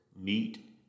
meat